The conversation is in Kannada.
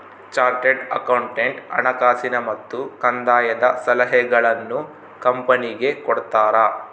ಚಾರ್ಟೆಡ್ ಅಕೌಂಟೆಂಟ್ ಹಣಕಾಸಿನ ಮತ್ತು ಕಂದಾಯದ ಸಲಹೆಗಳನ್ನು ಕಂಪನಿಗೆ ಕೊಡ್ತಾರ